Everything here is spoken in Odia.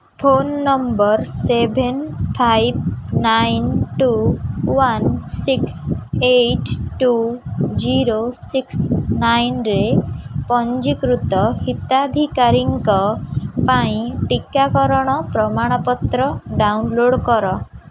phone number seven five nine two one six eight two zero six ନାଇନ୍ରେ ପଞ୍ଜୀକୃତ ହିତାଧିକାରୀଙ୍କ ପାଇଁ ଟିକାକରଣ ପ୍ରମାଣପତ୍ର ଡ଼ାଉନଲୋଡ଼୍ କର